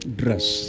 dress